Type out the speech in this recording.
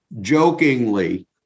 jokingly